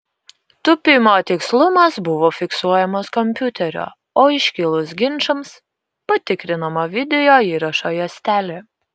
tūpimo tikslumas buvo fiksuojamas kompiuterio o iškilus ginčams patikrinama video įrašo juostelė